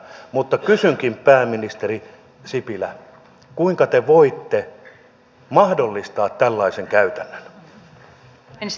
mutta kysynkin pääministeri sipilä kuinka te voitte mahdollistaa tällaisen käytännön